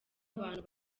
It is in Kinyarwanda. abantu